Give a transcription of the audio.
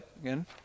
again